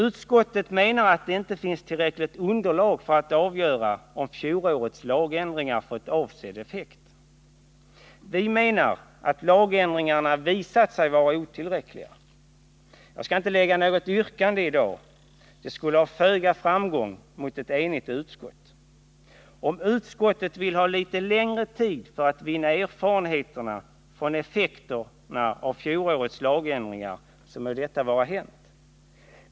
Utskottet menar att det inte finns tillräckligt underlag för att avgöra om fjolårets lagändringar fått avsedd effekt. Vi menar att lagändringarna visat sig vara otillräckliga. Jag skall inte ställa något yrkande i dag. Det skulle ha föga framgång mot ett enigt utskott. Om utskottet vill ha litet längre tid för att vinna erfarenheter av effekterna av fjolårets lagändringar, så må detta vara hänt.